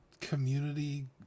community